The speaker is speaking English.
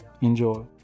enjoy